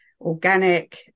organic